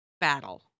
battle